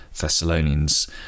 Thessalonians